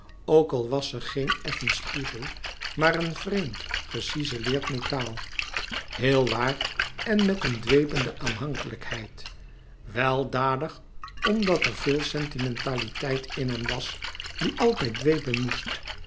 ook al was ze geen effen spiegel maar een vreemd gecizeleerd metaal heel waar en met een dwepende aanhankelijkheid weldadig omdat er veel sentimentaliteit in hem was die altijd dwepen moest